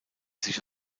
sich